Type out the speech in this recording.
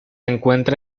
encuentra